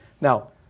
Now